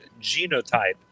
genotype